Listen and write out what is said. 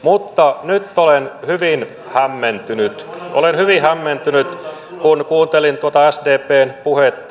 mutta nyt olen hyvin hämmentynyt olen hyvin hämmentynyt kun kuuntelin tuota sdpn puhetta